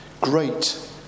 great